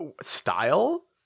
style